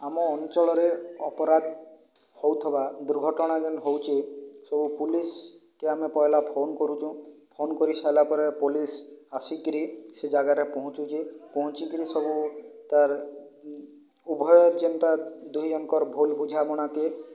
ଆମ ଅଞ୍ଚଳରେ ଅପରାଧ ହେଉଥବା ଦୁର୍ଘଟଣା ଯେନ୍ ହଉଛେ ସବୁ ପୁଲିସ୍କେ ଆମେ ପହିଲା ଫୋନ୍ କରୁଛୁଁ ଫୋନ୍ କରି ସାରିଲା ପରେ ପୋଲିସ୍ ଆସିକରି ସେ ଜାଗାରେ ପହଞ୍ଚୁଛି ପହଞ୍ଚିକରି ସବୁ ତାର୍ ଉଭୟ ଯେନ୍ଟା ଦୁଇଅଙ୍କର ଭୁଲ ବୁଝାମଣାକେ